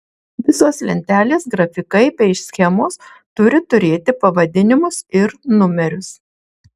visos lentelės grafikai bei schemos turi turėti pavadinimus ir numerius